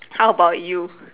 how about you